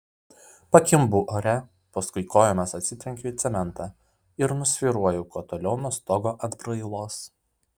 pakimbu ore paskui kojomis atsitrenkiu į cementą ir nusvyruoju kuo toliau nuo stogo atbrailos